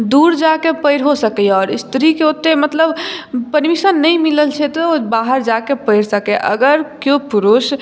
दूर जाकऽ पैढ़ो सकैए आओर स्त्रीके ओतेक मतलब परमिशन नहि मिलल छै तऽ ओ बाहर जाकऽ पैढ़ सकै अगर केओ पुरुष